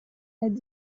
had